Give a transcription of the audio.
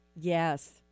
Yes